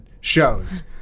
shows